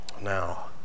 Now